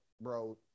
bro